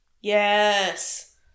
Yes